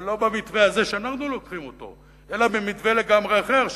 אבל לא במתווה הזה שאנחנו לוקחים אותו אלא במתווה לגמרי אחר,